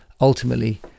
ultimately